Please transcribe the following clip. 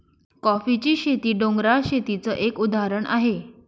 कॉफीची शेती, डोंगराळ शेतीच एक उदाहरण आहे